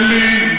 תן לי,